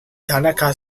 tanaka